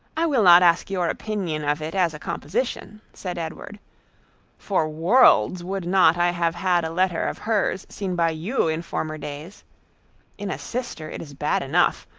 i will not ask your opinion of it as a composition, said edward for worlds would not i have had a letter of hers seen by you in former days in a sister it is bad enough,